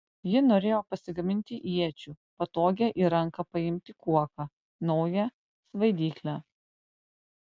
ji norėjo pasigaminti iečių patogią į ranką paimti kuoką naują svaidyklę